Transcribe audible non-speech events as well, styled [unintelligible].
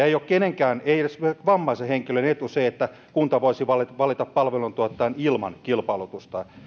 [unintelligible] ei ole kenenkään ei edes vammaisen henkilön etu se että kunta voisi valita valita palveluntuottajan ilman kilpailutusta